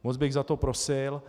Moc bych za to prosil.